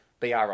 BRI